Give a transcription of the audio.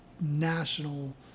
national